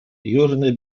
jurny